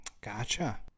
Gotcha